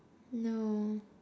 no